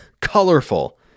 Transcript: colorful